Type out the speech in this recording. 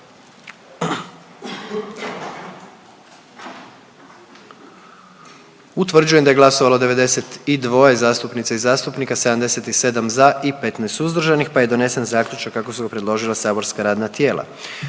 glasujmo. Glasovalo je 117 zastupnica i zastupnika, 115 za, 2 suzdržana pa smo donijeli zaključak kako su ga predložila saborska radna tijela.